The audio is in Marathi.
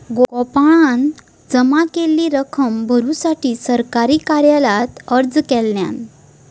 गोपाळान जमा केलेली रक्कम भरुसाठी सरकारी कार्यालयात अर्ज केल्यान